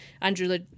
Andrew